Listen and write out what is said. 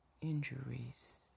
Injuries